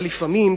אבל לפעמים,